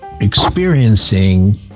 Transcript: experiencing